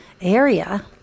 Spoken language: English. area